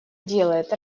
делает